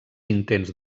intents